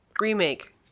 remake